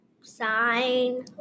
Sign